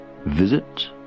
Visit